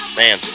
man